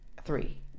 three